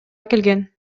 келген